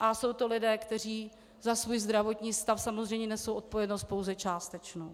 a jsou to lidé, kteří za svůj zdravotní stav samozřejmě nesou odpovědnost pouze částečnou.